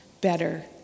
better